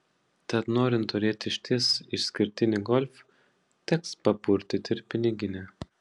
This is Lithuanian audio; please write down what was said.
tad norint turėti išties išskirtinį golf teks papurtyti ir piniginę